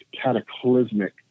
cataclysmic